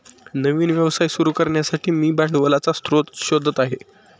नवीन व्यवसाय सुरू करण्यासाठी मी भांडवलाचा स्रोत शोधत आहे